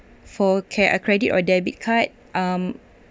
for get a credit or debit card um